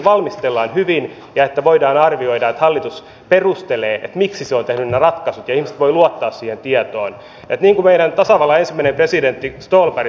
kuten hyvin ja että voidaan arvioida hallitus perustelee miksi tiedetään puolustusvoimat on ollut viime vuosina jatkuvien toimintamenopaineiden kohteena